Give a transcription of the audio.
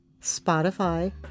Spotify